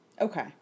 Okay